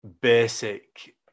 basic